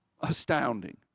astounding